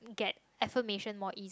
get affirmation more ease